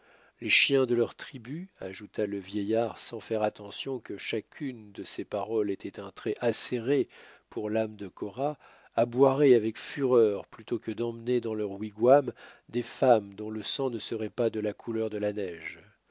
les chiens de leurs tribus ajouta le vieillard sans faire attention que chacune de ses paroles était un trait acéré pour l'âme de cora aboieraient avec fureur plutôt que d'emmener dans leurs wigwams des femmes dont le sang ne serait pas de la couleur de la neige